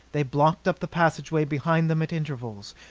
they blocked up the passageway behind them at intervals,